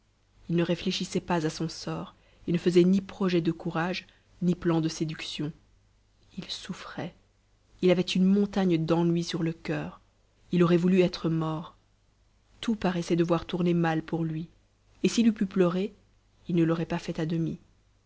il ne réfléchissait pas à son sort et ne faisait ni projets de courage ni plans de séduction il souffrait il avait une montagne d'ennui sur le cur il aurait voulu être mort tout paraissait devoir tourner mal pour lui et s'il eût pu pleurer il ne l'aurait pas fait à demi